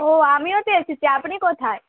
ও আমিও তো এসেছি আপনি কোথায়